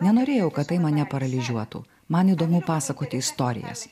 nenorėjau kad tai mane paralyžiuotų man įdomu pasakoti istorijas